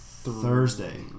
Thursday